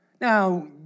Now